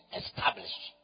established